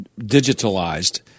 digitalized